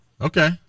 Okay